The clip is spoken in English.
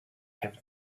have